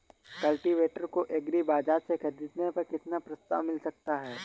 Cultivator को agri बाजार से ख़रीदने पर कितना प्रस्ताव मिल सकता है?